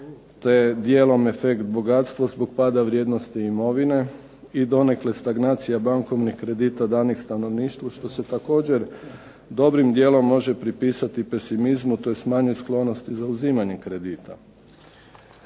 te djelom efekt bogatstva zbog pada vrijednosti imovine i donekle stagnacija bankovnih kredita danih stanovništvu što se također dobrim djelom može pripisati pesimizmu tj. manje sklonosti za uzimanjem kredita.